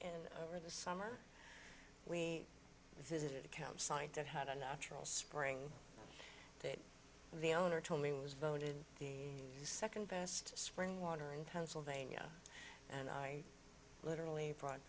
in the summer we visit count site that had a natural spring that the owner told me was voted the second best spring water in pennsylvania and i literally fro